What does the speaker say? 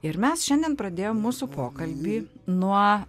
ir mes šiandien pradėjom mūsų pokalbį nuo